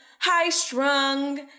high-strung